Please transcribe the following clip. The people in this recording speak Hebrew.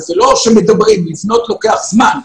וזה לא שמדברים לבנות לוקח זמן,